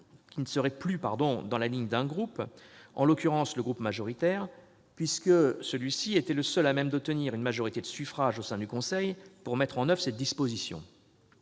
qui ne serait plus dans la ligne d'un groupe, en l'occurrence le groupe majoritaire, puisque celui-ci était le seul à même d'obtenir une majorité de suffrages au sein du conseil pour mettre en oeuvre telle disposition.